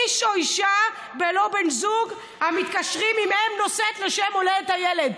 איש או אישה בלא בן זוג המתקשרים עם אם נושאת לשם הולדת הילד".